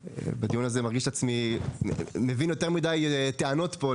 בדיון הזה אני מרגיש את עצמי מבין יותר מדי טענות פה,